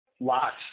Lots